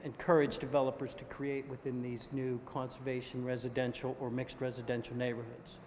encourage developers to create within these new conservation residential or mixed residential neighborhoods